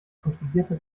kontrollierte